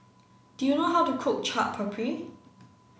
do you know how to cook Chaat Papri